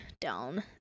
down